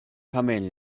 tamen